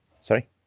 Sorry